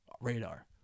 Radar